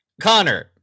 Connor